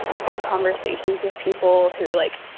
a few conversations with people who, like,